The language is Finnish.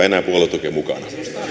enää puoluetukea mukaan